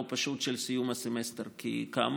עוד לא אושרתי בממשלה ובכנסת,